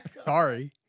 Sorry